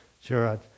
Sure